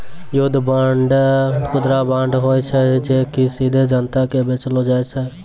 युद्ध बांड, खुदरा बांड होय छै जे कि सीधे जनता के बेचलो जाय छै